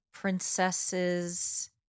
princesses